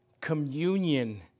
Communion